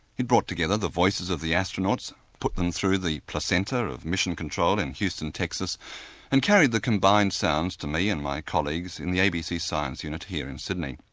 it brought together the voices of the astronauts, put them through the placenta of mission control in houston texas and carried the combined sounds to me and my colleagues in the abc science unit here in sydney.